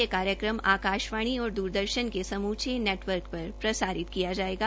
यह कार्यक्रम आकाशवाणी और द्रदर्शन के समूचे नेटवर्क पर प्रसारित किया जायेगा